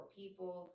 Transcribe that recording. people